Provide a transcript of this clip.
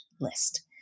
list